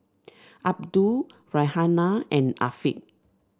Abdul Raihana and Afiq